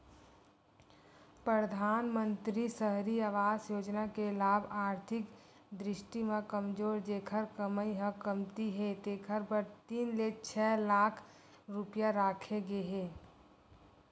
परधानमंतरी सहरी आवास योजना के लाभ आरथिक दृस्टि म कमजोर जेखर कमई ह कमती हे तेखर बर तीन ले छै लाख रूपिया राखे गे हे